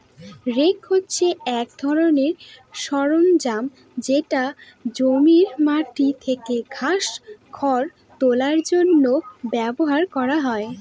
rake হছে এক ধরনের সরঞ্জাম যেটা জমির মাটি থেকে ঘাস, খড় তোলার জন্য ব্যবহার করা হয়